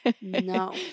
No